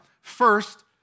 first